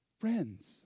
friends